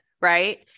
right